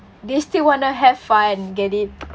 they still wanna have fun get it